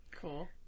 Cool